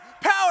power